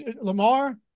Lamar –